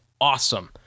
awesome